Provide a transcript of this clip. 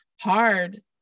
hard